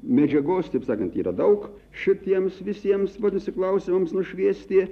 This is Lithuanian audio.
medžiagos taip sakant yra daug šitiems visiems vadinasi klausimams nušviesti